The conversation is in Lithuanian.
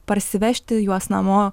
parsivežti juos namo